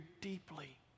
deeply